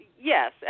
yes